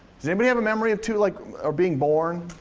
does anybody have a memory of two, like of being born?